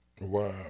Wow